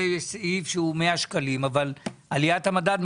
זה אומר דרשני,